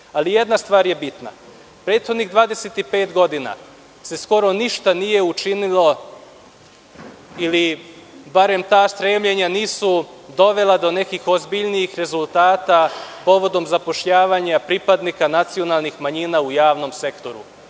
jedna stvar je bitna. Prethodnih 25 godina se skoro ništa nije učinilo, ili barem ta stremljenja nisu dovela do nekih ozbiljnijih rezultata povodom zapošljavanja pripadnika nacionalnih manjina u javnom sektoru.